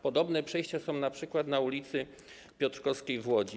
Podobne przejścia są na przykład na ul. Piotrkowskiej w Łodzi.